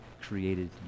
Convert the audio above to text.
created